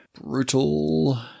brutal